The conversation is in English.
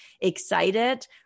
excited